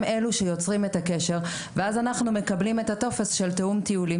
הם אלה שיוצרים את הקשר ואז אנחנו מקבלים את הטופס של תיאום טיולים,